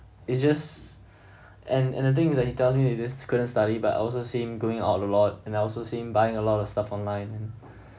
it's just and and the thing is that he tells me he just couldn't study but also see him going out a lot and I also see him buying a lot of stuff online